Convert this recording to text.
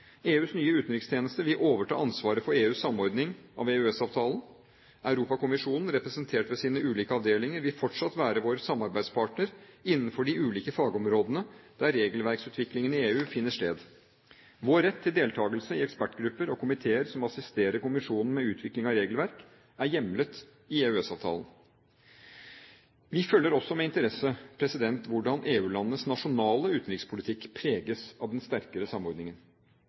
EUs nye utenrikstjeneste vil overta ansvaret for EUs samordning av EØS-avtalen. Europakommisjonen, representert ved sine ulike avdelinger, vil fortsatt være vår samarbeidspartner innenfor de ulike fagområdene der regelverksutviklingen i EU finner sted. Vår rett til deltakelse i ekspertgrupper og komiteer som assisterer kommisjonen med utvikling av regelverk, er hjemlet i EØS-avtalen. Vi følger også med interesse hvordan EU-landenes nasjonale utenrikspolitikk preges av den sterkere samordningen.